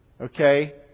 Okay